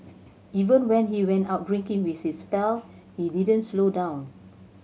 even when he went out drinking with his pal he didn't slow down